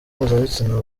mpuzabitsina